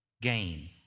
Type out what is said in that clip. gain